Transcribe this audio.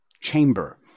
chamber